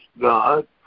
God